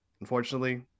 unfortunately